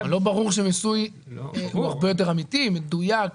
לא ברור שמיסוי הוא הרבה יותר אמיתי ומדויק?